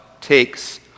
takes